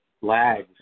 lags